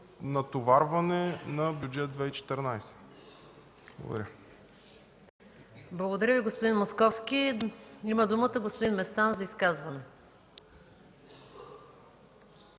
натоварване на Бюджет 2014 г. Благодаря.